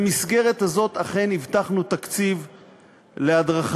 במסגרת הזאת אכן הבטחנו תקציב להדרכה,